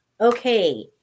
Okay